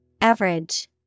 Average